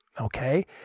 okay